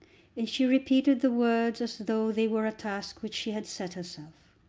and she repeated the words as though they were a task which she had set herself.